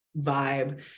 vibe